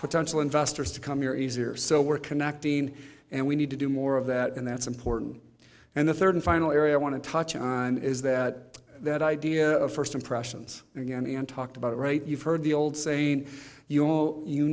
potential investors to come here easier so we're connecting and we need to do more of that and that's important and the third and final area i want to touch on is that that idea of first impressions again and talked about right you've heard the old saying you